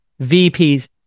VPs